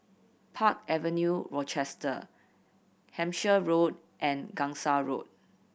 Park Avenue Rochester Hampshire Road and Gangsa Road